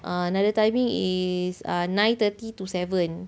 ah another timing is err nine thirty to seven